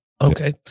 Okay